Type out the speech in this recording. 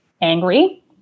angry